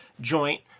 joint